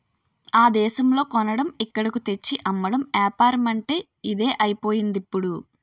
ఆ దేశంలో కొనడం ఇక్కడకు తెచ్చి అమ్మడం ఏపారమంటే ఇదే అయిపోయిందిప్పుడు